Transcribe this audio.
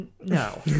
no